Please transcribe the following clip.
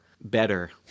better